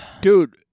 dude